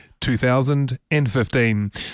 2015